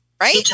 Right